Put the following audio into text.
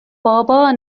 بابا